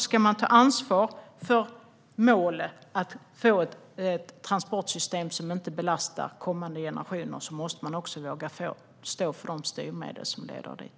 Om man ska ta ansvar för målet att få ett transportsystem som inte belastar kommande generationer måste man våga stå för de styrmedel som leder dit.